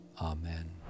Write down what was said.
Amen